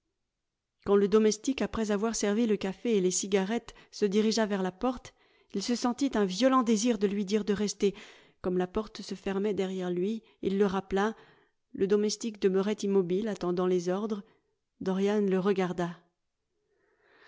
quand le domestique après avoir servi le café et les cigarettes se dirigea vers la porte il se sentit un violent désir de lui dire de rester comme la porte se fermait derrière lui il le rappela le domestique demeurait immobile attendant les ordres dorian le regarda